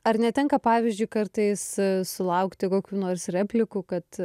ar netenka pavyzdžiui kartais sulaukti kokių nors replikų kad